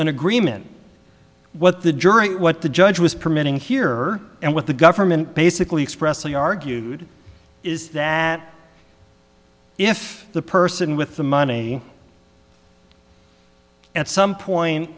an agreement what the jury what the judge was permitting here and what the government basically expressly argued is that if the person with the money at